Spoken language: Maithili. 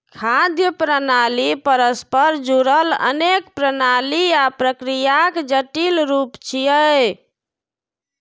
खाद्य प्रणाली परस्पर जुड़ल अनेक प्रणाली आ प्रक्रियाक जटिल रूप छियै